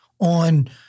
on